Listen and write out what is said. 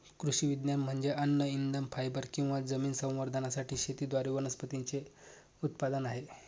कृषी विज्ञान म्हणजे अन्न इंधन फायबर किंवा जमीन संवर्धनासाठी शेतीद्वारे वनस्पतींचे उत्पादन आहे